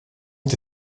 ont